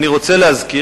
אני רוצה להזכיר,